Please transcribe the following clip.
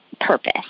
purpose